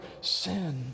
sin